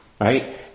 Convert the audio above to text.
Right